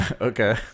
Okay